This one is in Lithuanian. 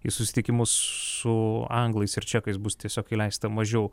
į susitikimus su anglais ir čekais bus tiesiog įleista mažiau